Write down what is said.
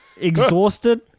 exhausted